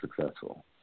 successful